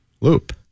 Loop